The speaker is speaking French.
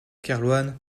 kerlouan